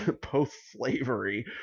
post-slavery